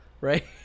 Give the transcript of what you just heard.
right